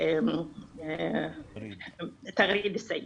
תע'ריד אל-סייד.